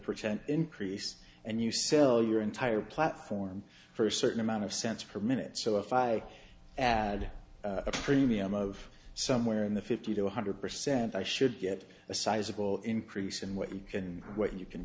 percent increase and you sell your entire platform for a certain amount of cents per minute so if i add a premium of somewhere in the fifty to one hundred percent i should get a sizable increase in what you can what you can